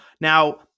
Now